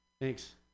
Thanks